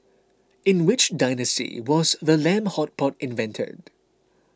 in which dynasty was the lamb hot pot invented